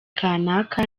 kanaka